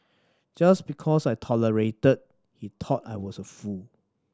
just because I tolerated he thought I was a fool